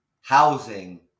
housing